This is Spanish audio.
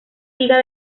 liga